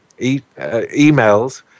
emails